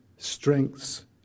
strengths